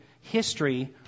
history